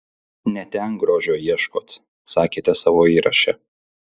ne ten grožio ieškot sakėte savo įraše